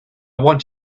want